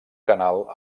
canal